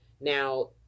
Now